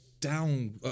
down